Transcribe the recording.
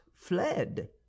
fled